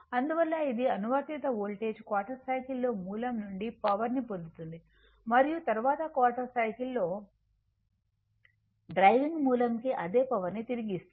అందువల్ల ఇది అనువర్తిత వోల్టేజ్ క్వార్టర్ సైకిల్ లో మూలం నుండి పవర్ని పొందుతుంది మరియు తరువాతి క్వార్టర్ సైకిల్ లో డ్రైవింగ్ మూలం కి అదే పవర్ ని తిరిగి ఇస్తుంది